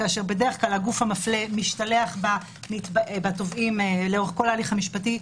כאשר בדרך כלל הגוף המפלה משתלח בתובעים לאורך כל ההליך המשפטי.